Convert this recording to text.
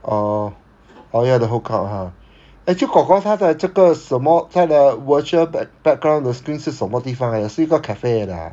orh orh you have to hook up ha actually kor kor 他的这个什么他的 virtual background 的 screen 是什么地方 !huh! 是一个 cafe 来的 ha